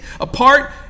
apart